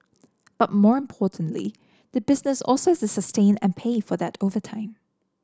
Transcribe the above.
but more importantly the business also sustain and pay for that over time